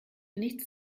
nichts